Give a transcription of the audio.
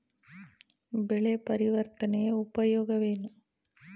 ಬೆಳೆ ಪರಿವರ್ತನೆಯ ಉಪಯೋಗವೇನು?